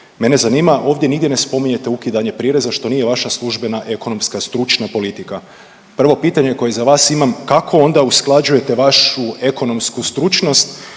Mene zanima, ovdje nigdje ne spominjete ukidanje prireza što nije vaša službena ekonomska stručna politika. Prvo pitanje koje za vas imam, kako onda usklađujete vašu ekonomsku stručnost